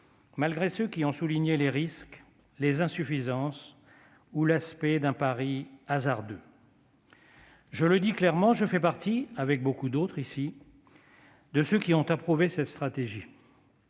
malgré ceux qui ont souligné les risques, les insuffisances ou l'aspect hasardeux de ce pari. Je le dis clairement : je fais partie, avec beaucoup d'autres ici, de ceux qui ont approuvé cette stratégie